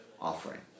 offering